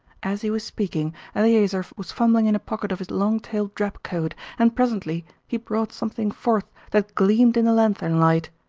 as he was speaking eleazer was fumbling in a pocket of his long-tailed drab coat, and presently he brought something forth that gleamed in the lanthorn light.